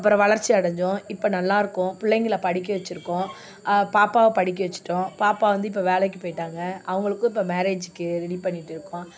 அப்புறம் வளர்ச்சி அடைஞ்சோம் இப்போ நல்லாயிருக்கோம் பிள்ளைங்கள படிக்க வச்சுருக்கோம் பாப்பாவை படிக்க வச்சுட்டோம் பாப்பா வந்து இப்போ வேலைக்கு போய்ட்டாங்க அவங்களுக்கும் இப்போ மேரேஜுக்கு ரெடி பண்ணிக்கிட்டு இருக்கோம்